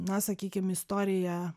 na sakykim istorija